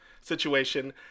Situation